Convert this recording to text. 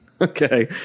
Okay